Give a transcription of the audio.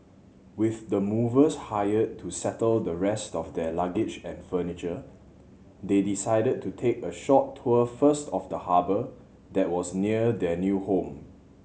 with the movers hired to settle the rest of their luggage and furniture they decided to take a short tour first of the harbour that was near their new home